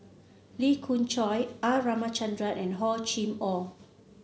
Lee Khoon Choy R Ramachandran and Hor Chim Or